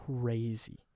crazy